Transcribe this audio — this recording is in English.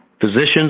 physicians